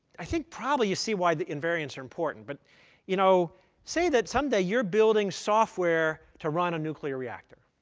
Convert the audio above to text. i think probably, you see why the invariants are important. but you know say that someday, you're building software to run a nuclear reactor.